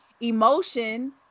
emotion